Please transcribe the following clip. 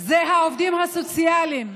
זה העובדים הסוציאליים,